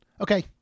Okay